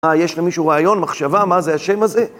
יש למישהו רעיון? מחשבה? מה זה השם הזה?